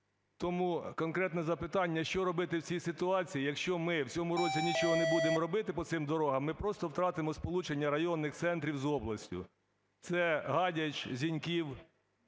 Тому конкретне запитання: що робити в цій ситуації, якщо ми в цьому році нічого не будемо робити по цим дорогам, ми просто втратимо сполучення районних центрів з областю. Це Гадяч, Зіньків